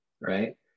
right